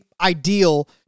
ideal